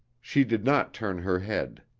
she did not turn her head.